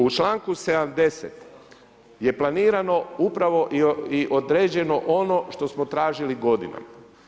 U čl. 70 je planirano upravo i određeno ono što smo tražili godinama.